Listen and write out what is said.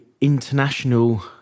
international